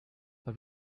but